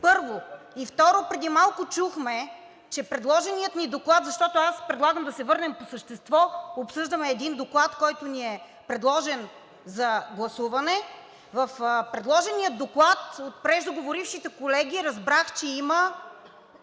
първо. Второ, преди малко чухме, че предложеният ни доклад, защото предлагам да се върнем по същество – обсъждаме един доклад, който ни е предложен за гласуване – в предложения доклад от преждеговорившите колеги разбрах, че този